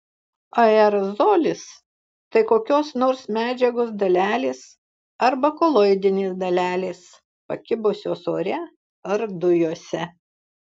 aerozolis tai kokios nors medžiagos dalelės arba koloidinės dalelės pakibusios ore ar dujose